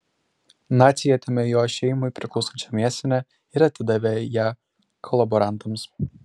naciai atėmė jo šeimai priklausančią mėsinę ir atidavė ją kolaborantams